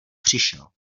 přišel